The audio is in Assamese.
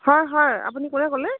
হয় হয় আপুনি কোনে ক'লে